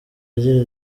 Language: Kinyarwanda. agira